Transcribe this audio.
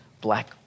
black